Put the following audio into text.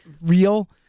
real